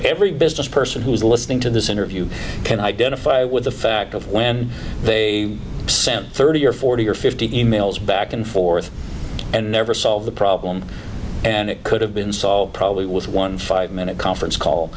every business person who's listening to this interview can identify with the fact of when they send thirty or forty or fifty e mails back and forth and never solve the problem and it could have been solved probably with one five minute conference call